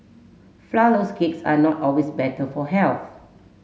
flourless cakes are not always better for health